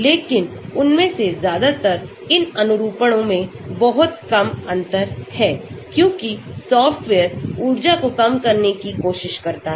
लेकिन उनमें सेज्यादातरइन अनुरूपनो मेंबहुत कम अंतर हैं क्योंकि सॉफ्टवेयर ऊर्जा को कम करने की कोशिश करता है